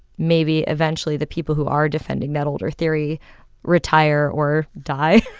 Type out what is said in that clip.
maybe eventually the people who are defending that older theory retire or die